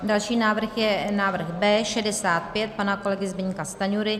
Další návrh je návrh B65 pana kolegy Zbyňka Stanjury.